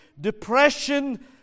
depression